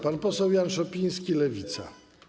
Pan poseł Jan Szopiński, Lewica.